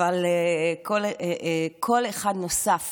אבל כל אחד נוסף